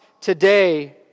today